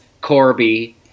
Corby